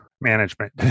management